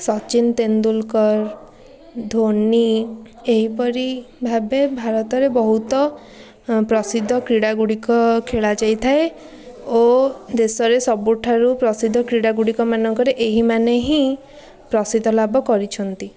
ସଚିନ ତେନ୍ଦୁଲକର ଧୋନି ଏହିପରି ଭାବେ ଭାରତରେ ବହୁତ ପ୍ରସିଦ୍ଧ କ୍ରୀଡ଼ାଗୁଡ଼ିକ ଖେଳାଯାଇଥାଏ ଓ ଦେଶରେ ସବୁଠାରୁ ପ୍ରସିଦ୍ଧ କ୍ରିଡ଼ା ଗୁଡ଼ିକ ମାନଙ୍କରେ ଏହିମାନେ ହିଁ ପ୍ରସିଦ୍ଧ ଲାଭକରିଛନ୍ତି